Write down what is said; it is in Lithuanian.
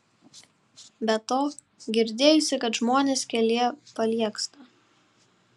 be to girdėjusi kad žmonės kelyje paliegsta